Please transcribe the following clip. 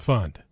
Fund